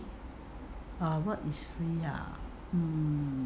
err what is free ah